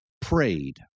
prayed